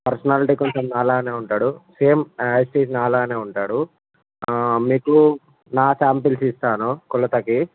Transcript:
personality కొంచెం నాలాగానే ఉంటాడు సేమ్ యాజ్ ఇట్ ఈజ్ నాలానే ఉంటాడు మీకు నా శాంపుల్స్ ఇస్తాను కొలతకి